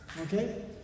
okay